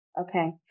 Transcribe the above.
Okay